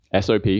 SOP